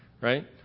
right